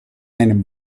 einem